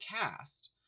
cast